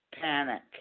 Panic